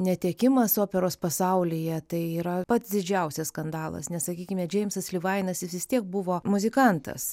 netekimas operos pasaulyje tai yra pats didžiausias skandalas nes sakykime džeimsas livainas jis vis tiek buvo muzikantas